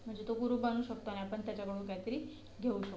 म्हणजे तो गुरु बनू शकतो आणि आपण त्याच्याकडून काहीतरी घेऊ शक